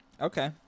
Okay